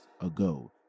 ago